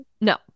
no